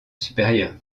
supérieure